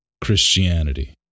Christianity